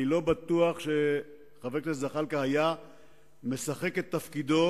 אני לא בטוח שחבר הכנסת זחאלקה היה משחק את תפקידו